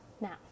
Now